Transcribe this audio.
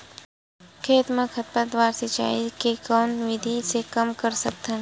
खेत म खरपतवार सिंचाई के कोन विधि से कम कर सकथन?